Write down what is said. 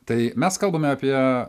tai mes kalbame apie